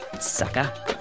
Sucker